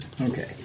Okay